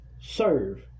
serve